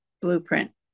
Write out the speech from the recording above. blueprint